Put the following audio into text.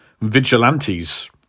vigilantes